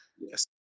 Yes